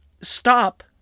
stop